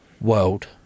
world